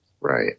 Right